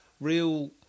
real